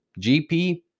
gp